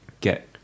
get